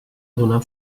donar